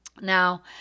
Now